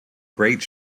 great